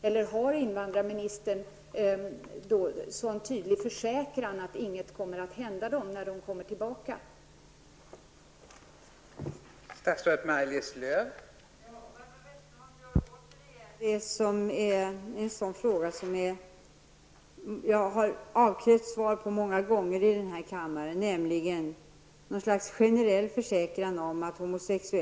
Eller har invandrarministern en klar försäkran att ingenting kommer att hända dem när de kommer tillbaka till hemlandet?